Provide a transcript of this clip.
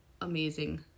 amazing